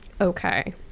Okay